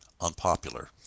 unpopular